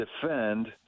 defend